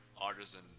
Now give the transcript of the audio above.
artisan